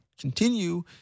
continue